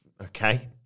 Okay